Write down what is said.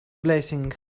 blessing